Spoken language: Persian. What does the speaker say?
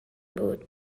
بود